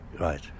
right